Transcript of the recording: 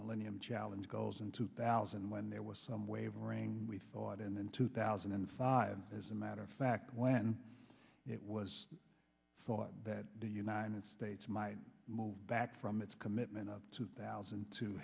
millennium challenge goals in two thousand when there was some wavering but in two thousand and five as a matter of fact when it was thought that the united states might move back from its commitment of two thousand